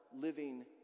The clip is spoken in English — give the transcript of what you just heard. living